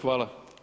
Hvala.